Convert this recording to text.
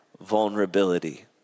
vulnerability